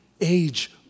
age